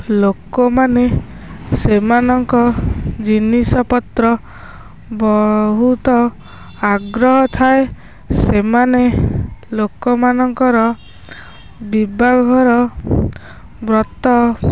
ଲୋକମାନେ ସେମାନଙ୍କ ଜିନିଷପତ୍ର ବହୁତ ଆଗ୍ରହ ଥାଏ ସେମାନେ ଲୋକମାନଙ୍କର ବିବାହ ଘର ବ୍ରତ